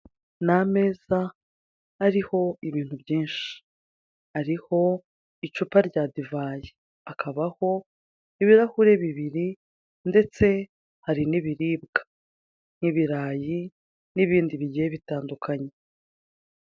Nj ameza ariho ibintu byinshi ariho icupa rya divayi akabaho ibirahure bibiri ndetse hari n'ibiribwa n'ibirayi n'ibindi bigiye bitandukanye.